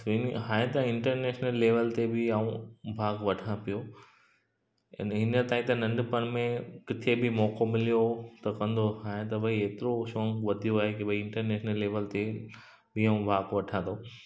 swimming हाणे त international level ते बि मां भाग वठां पियो हींअर ताईं त नंढपण में किथे बि मौको मिलियो त कंदो आहियां त भई हेतिरो शौक़ु वधियो आहे की भई इंटरनेशनल लेवल ते बि मां भाग वठां थो